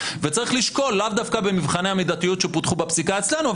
וצריך לשקול לאו דווקא במבחני המידתיות שפותחו בפסיקה אצלנו,